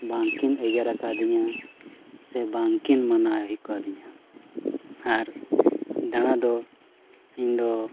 ᱵᱟᱝᱠᱤᱱ ᱮᱜᱮᱨ ᱠᱟᱫᱤᱧᱟ ᱥᱮ ᱵᱟᱝᱠᱤᱱ ᱢᱟᱱᱟ ᱟᱠᱟᱫᱤᱧᱟ ᱟᱨ ᱫᱟᱬᱟ ᱫᱚ ᱤᱧᱫᱚ